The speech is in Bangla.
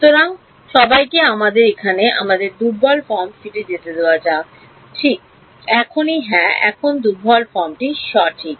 সুতরাং সবাইকে আমাদের এখানে আমাদের দুর্বল ফর্মে ফিরে যেতে দেওয়া যাক ঠিক এখনই হ্যাঁ এখানে দুর্বল ফর্মটি সঠিক